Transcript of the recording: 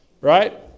Right